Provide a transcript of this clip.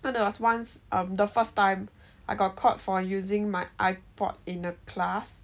but there was once the first time I got caught for using my ipod in a class